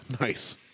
Nice